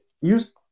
use